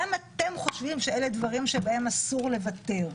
גם אתם חושבים שאלו דברים שבהם אסור לוותר.